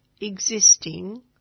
existing